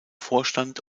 vorstand